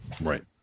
right